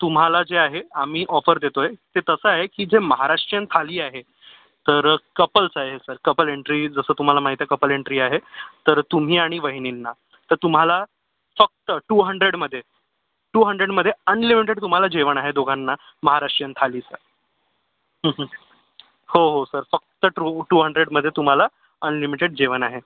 तुम्हाला जे आहे आम्ही ऑफर देतो आहे ते तसं आहे की जे महाराष्ट्रीयन थाली आहे तर कपल्स आहे सर कपल एंट्री जसं तुम्हाला माहीत आहे कपल एंट्री आहे तर तुम्ही आणि वहिनींना तर तुम्हाला फक्त टू हंड्रेडमध्ये टू हंड्रेडमध्ये अनलिमिटेड तुम्हाला जेवण आहे दोघांना महाराष्ट्रीयन थालीचा हो हो सर फक्त ट्रू टू हंड्रेडमध्ये तुम्हाला अनलिमिटेड जेवण आहे